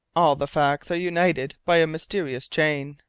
all the facts are united by a mysterious chain.